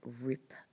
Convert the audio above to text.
rip